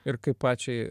ir kaip pačiai